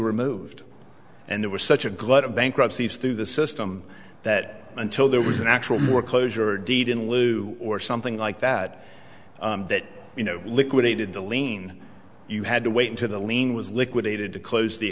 removed and there was such a glut of bankruptcies through the system that until there was an actual more closure or deed in lieu or something like that that you know liquidated the lien you had to wait to the lien was liquidated to close the